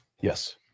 Yes